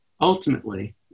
ultimately